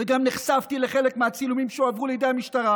וגם נחשפתי לחלק מהצילומים שהועברו לידי המשטרה.